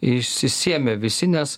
išsisėmę visi nes